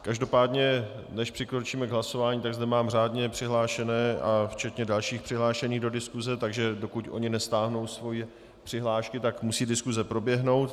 Každopádně než přikročíme k hlasování, tak zde mám řádně přihlášené a včetně dalších přihlášených do diskuse, takže dokud oni nestáhnou svoje přihlášky, tak musí diskuse proběhnout.